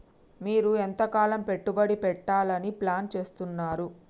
మీరు ఎంతకాలం పెట్టుబడి పెట్టాలని ప్లాన్ చేస్తున్నారు?